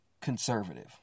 conservative